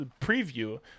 preview